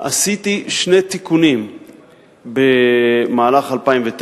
עשיתי שני תיקונים במהלך 2009,